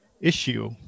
issue